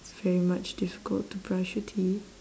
very much difficult to brush your teeth